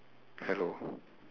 hello